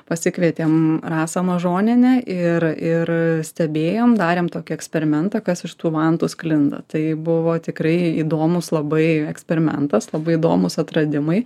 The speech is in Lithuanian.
pasikvietėm rasą mažonienę ir ir stebėjom darėm tokį eksperimentą kas iš tų vantų sklinda tai buvo tikrai įdomus labai eksperimentas labai įdomūs atradimai